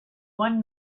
one